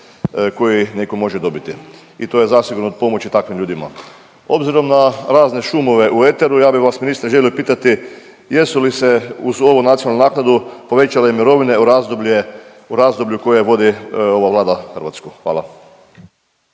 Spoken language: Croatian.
koji neko može dobiti i to je zasigurno od pomoći takvim ljudima. Obzirom na razne šumove u eteru ja bi vas ministre želio pitati jesu li se uz ovu nacionalnu naknadu povećale mirovine u razdoblje, u razdoblju koje vodi ova Vlada Hrvatsku? Hvala.